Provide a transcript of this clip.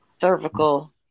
cervical